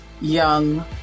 young